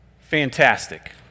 fantastic